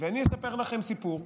ואני אספר לכם סיפור.